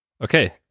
Okay